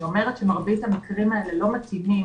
אני אומרת שמרבית המקרים האלה לא מתאימים,